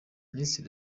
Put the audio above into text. miss